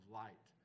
light